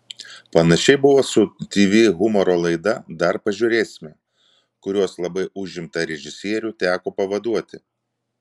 panašiai buvo su tv humoro laida dar pažiūrėsime kurios labai užimtą režisierių teko pavaduoti